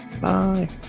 Bye